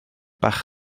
bach